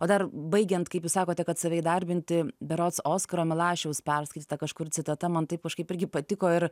o dar baigiant kaip jūs sakote kad save įdarbinti berods oskaro milašiaus perskaityta kažkur citata man taip kažkaip irgi patiko ir